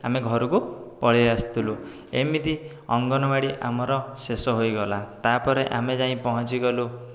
ଆମେ ଘରକୁ ପଳେଇ ଆସୁଥିଲୁ ଏମିତି ଅଙ୍ଗନବାଡ଼ି ଆମର ଶେଷ ହୋଇଗଲା ତା'ପରେ ଆମେ ଯାଇ ପହଞ୍ଚିଗଲୁ